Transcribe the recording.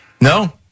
No